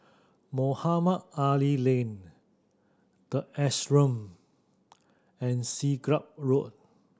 Mohamed Ali Lane The Ashram and Siglap Road